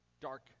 dark